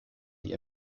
die